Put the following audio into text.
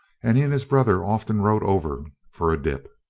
and he and his brothers often rode over for a dip.